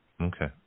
Okay